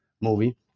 movie